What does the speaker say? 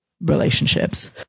relationships